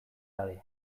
gabe